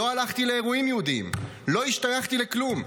לא הלכתי לאירועים יהודיים, לא השתייכתי לכלום.